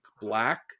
black